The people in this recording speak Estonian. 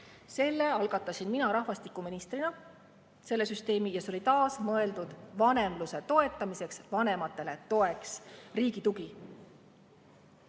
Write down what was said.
algatasin mina rahvastikuministrina ja see oli taas mõeldud vanemluse toetamiseks, vanematele toeks, riigi tugi.